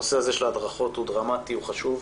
הנושא הזה של הדרכות הוא דרמטי, הוא חשוב,